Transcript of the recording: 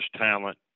talent